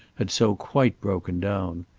had so quite broken down.